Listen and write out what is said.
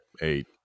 eight